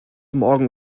morgen